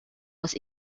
was